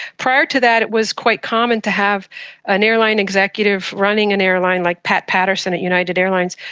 prior to that it was quite common to have an airline executive running an airline, like pat patterson at united airlines,